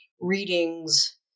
readings